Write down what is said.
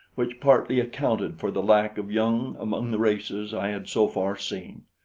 which partly accounted for the lack of young among the races i had so far seen.